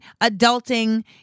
adulting